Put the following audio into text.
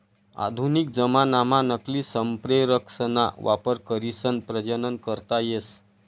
आधुनिक जमानाम्हा नकली संप्रेरकसना वापर करीसन प्रजनन करता येस